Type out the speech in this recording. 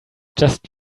just